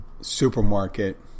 supermarket